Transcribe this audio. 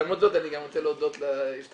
בהזדמנות זו אני גם רוצה להודות להסתדרות